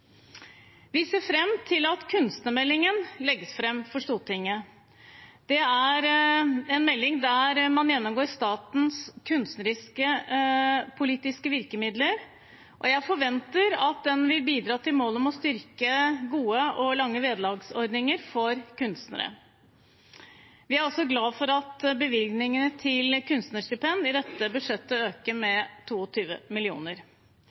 Vi ser fram til at kunstnermeldingen legges fram for Stortinget. Det er en melding der man gjennomgår statens kunstnerpolitiske virkemidler, og jeg forventer at den vil bidra til målet om å styrke gode og lange vederlagsordninger for kunstnere. Vi er også glad for at bevilgningene til kunstnerstipend i dette budsjettet øker